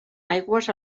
aigües